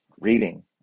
reading